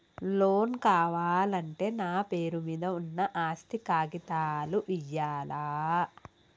Loan కావాలంటే నా పేరు మీద ఉన్న ఆస్తి కాగితాలు ఇయ్యాలా?